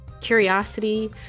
curiosity